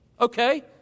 Okay